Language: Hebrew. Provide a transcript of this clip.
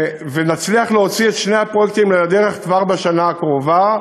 ונצליח להוציא את שני הפרויקטים האלה לדרך כבר בשנה הקרובה,